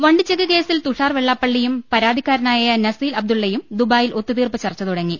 വണ്ടിച്ചെക്ക് കേസിൽ തുഷാർ വെള്ളാപ്പള്ളിയും പരാതിക്കാര നായ നസീൽ അബ്ദുള്ളയും ദുബായിൽ ഒത്തുതീർപ്പ് ചർച്ച തുട ങ്ങി